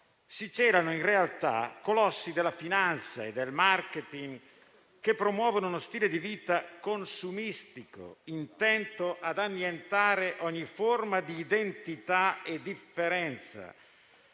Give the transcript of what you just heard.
si celano in realtà colossi della finanza e del *marketing*, che promuovono uno stile di vita consumistico, intento ad annientare ogni forma di identità e differenza,